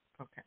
Okay